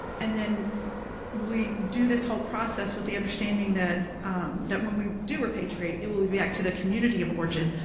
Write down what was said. and then we do this whole process with the understanding that that when we do repatriate, it will be back to the community of origin,